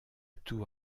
tour